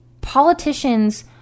politicians